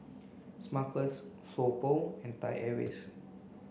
Smuckers So Pho and Thai Airways